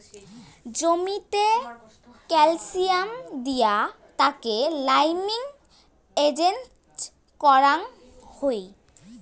জমিতে ক্যালসিয়াম দিয়া তাকে লাইমিং এজেন্ট করাং হই